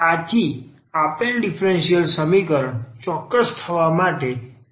આથી આપેલ ડીફરન્સીયલ સમીકરણ ચોક્કસ થવા માટે ∂M∂y∂N∂xજરૂરી છે